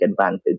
advantage